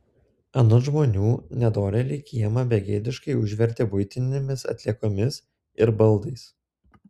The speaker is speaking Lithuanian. anot žmonių nedorėliai kiemą begėdiškai užvertė buitinėmis atliekomis ir baldais